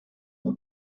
run